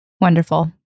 Wonderful